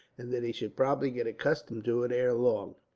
and that he should probably get accustomed to it, ere long.